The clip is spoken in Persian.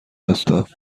هستم